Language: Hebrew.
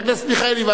חבר הכנסת מיכאלי,